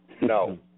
No